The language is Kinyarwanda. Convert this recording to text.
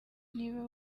niba